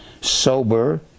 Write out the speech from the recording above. sober